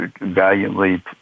valiantly